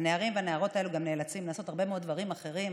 הנערים והנערות האלו גם נאלצים לעשות הרבה מאוד דברים אחרים,